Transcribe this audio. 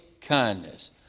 kindness